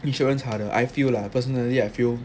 insurance harder I feel lah personally I feel